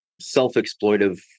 self-exploitive